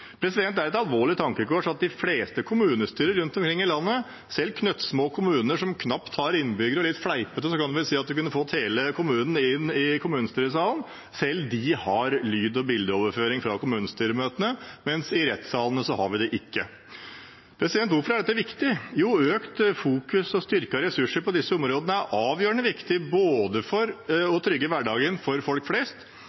Det er et alvorlig tankekors at de fleste kommunestyrer rundt omkring i landet, selv knøttsmå kommuner som knapt har innbyggere – litt fleipete kan vi vel si at man kunne fått hele kommunen inn i kommunestyresalen – har lyd- og bildeoverføring fra kommunestyremøtene, men i rettssalene har vi det ikke. Hvorfor er dette viktig? Jo, et sterkere fokus og styrkede ressurser på disse områdene er avgjørende viktig både for